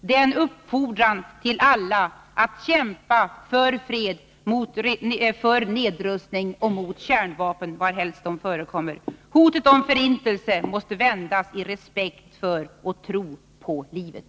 Den var en uppfordran till alla att kämpa för fred, för nedrustning och mot kärnvapen varhelst de förekommer. Hotet om förintelse måste vändas i respekt för och tro på livet.